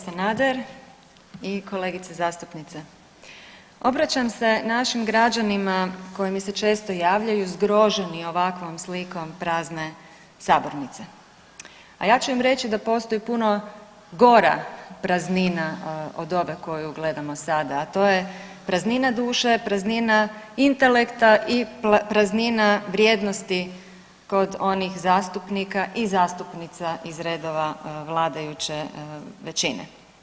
Sanader i kolegice zastupnice, obraćam se našim građanima koji mi se često javljaju zgroženi ovakvom slikom prazne sabornice, a ja ću im reći da postoji puno gora praznina od ove koju gledamo sada, a to je praznina duše, praznina intelekta i praznina vrijednosti kod onih zastupnika i zastupnica iz redova vladajuće većine.